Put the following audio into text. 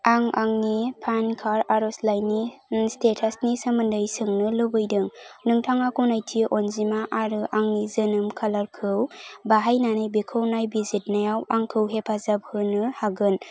आं आंनि PAN card आरजलाइनि स्टेटास नि सोमोन्दै सोंनो लुबैदों नोंथाङा गनायथि अनजिमा आरो आंनि जोनोम खालारखौ बाहायनानै बेखौ नायबिजिरनायाव आंखौ हेफाजाब होनो हागोन